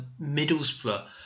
Middlesbrough